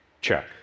Check